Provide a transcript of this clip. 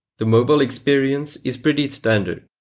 the mobile experience is pretty standard.